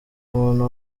umuntu